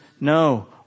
No